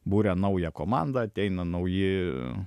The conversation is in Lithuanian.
buria naują komandą ateina nauji